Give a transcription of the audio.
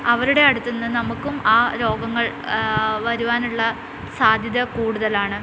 അവരുടെ അടുത്തിന്ന് നമ്മക്കും ആ രോഗങ്ങൾ വരുവാനുള്ള സാധ്യത കൂടുതലാണ്